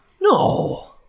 No